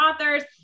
authors